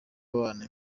abana